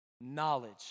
knowledge